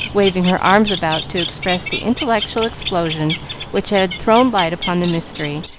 waving her arms about to express the intellectual explosion which had thrown light upon the mystery,